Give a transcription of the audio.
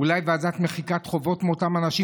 אולי ועדת מחיקת חובות לאותם אנשים,